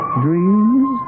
dreams